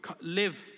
live